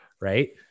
Right